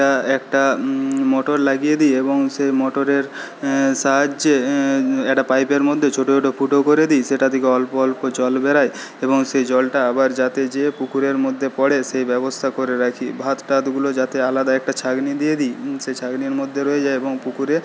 সেটা একটা মোটর লাগিয়ে দিই এবং সে মোটরের সাহায্যে একটা পাইপের মধ্যে ছোটো ছোটো ফুটো করে দিই সেটা থেকে অল্প অল্প জল বেরায় এবং সে জলটা আবার যাতে যেয়ে পুকুরের মধ্যে পড়ে সে ব্যবস্থা করে রাখি ভাতটাতগুলো যাতে আলাদা একটা ছাঁকনি দিয়ে দিই সে ছাঁকনির মধ্যে রয়ে যায় এবং পুকুরে